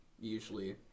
usually